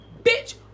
Bitch